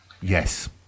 Yes